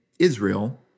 Israel